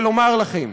ולומר לכם: